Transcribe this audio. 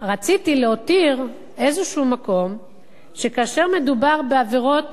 רציתי להותיר איזה מקום שכאשר מדובר בעבירות